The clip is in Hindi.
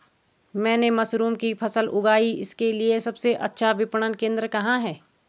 मैंने मशरूम की फसल उगाई इसके लिये सबसे अच्छा विपणन केंद्र कहाँ है?